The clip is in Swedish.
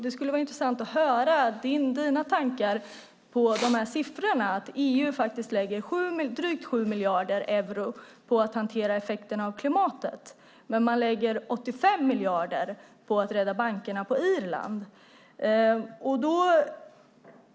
Det skulle vara intressant att höra dina tankar om att EU lägger drygt 7 miljarder euro på att hantera effekterna av klimatet och 85 miljarder på att rädda bankerna på Irland.